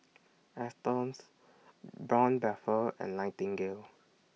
Astons Braun Buffel and Nightingale